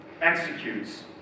executes